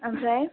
आमफ्राय